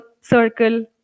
circle